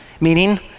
meaning